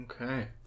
Okay